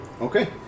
Okay